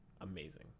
amazing